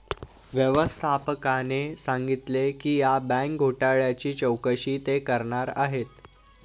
व्यवस्थापकाने सांगितले की या बँक घोटाळ्याची चौकशी ते करणार आहेत